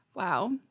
Wow